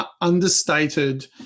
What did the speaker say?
understated